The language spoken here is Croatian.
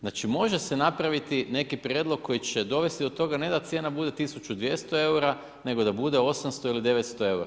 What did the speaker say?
Znači, može se napraviti neki prijedlog koji će dovesti do toga ne da cijena bude 1200 eura, nego da bude 800 ili 900 eura.